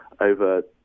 over